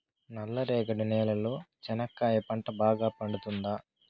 నల్ల రేగడి నేలలో చెనక్కాయ పంట బాగా పండుతుందా?